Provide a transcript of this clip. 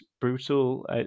brutal